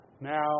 now